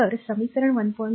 तर समीकरण 1